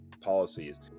policies